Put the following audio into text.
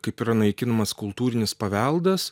kaip yra naikinamas kultūrinis paveldas